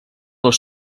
les